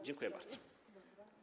Dziękuję bardzo.